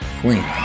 Queen